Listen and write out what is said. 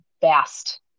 vast